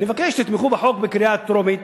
אני מבקש שתתמכו בחוק בקריאה טרומית